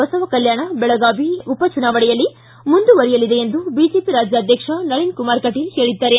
ಬಸವಕಲ್ಕಾಣ ಬೆಳಗಾವಿ ಉಪಚುನಾವಣೆಯಲ್ಲಿ ಮುಂದುವರೆಯಲಿದೆ ಎಂದು ಬಿಜೆಪಿ ರಾಜ್ಯಾಧ್ಯಕ್ಷ ನಳಿನ್ ಕುಮಾರ್ ಕಟೀಲ್ ಹೇಳಿದ್ದಾರೆ